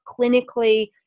clinically